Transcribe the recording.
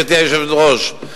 גברתי היושבת-ראש,